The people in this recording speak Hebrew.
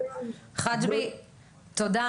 תודה.